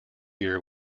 year